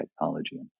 technology